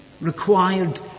required